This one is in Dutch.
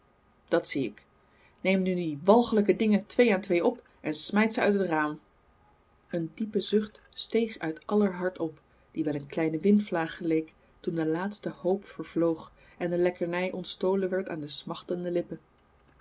dat zie ik neem nu die walgelijke dingen twee aan twee op en smijt ze uit het raam een diepe zucht steeg uit aller hart op die wel een kleine windvlaag geleek toen de laatste hoop vervloog en de lekkernij ontstolen werd aan de smachtende lippen